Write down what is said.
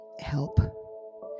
help